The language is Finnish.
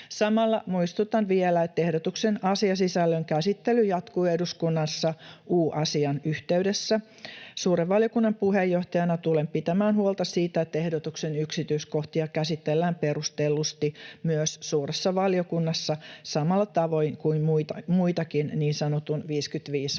Samalla muistutan vielä, että ehdotuksen asiasisällön käsittely jatkuu eduskunnassa U-asian yhteydessä. Suuren valiokunnan puheenjohtajana tulen pitämään huolta siitä, että ehdotuksen yksityiskohtia käsitellään perustellusti myös suuressa valiokunnassa, samalla tavoin kuin muitakin niin sanotun 55-valmiuspaketin